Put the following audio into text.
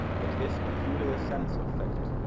but his peculiar sense of fact,